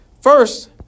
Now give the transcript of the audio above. First